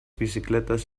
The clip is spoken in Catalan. bicicletes